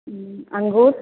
अंगूर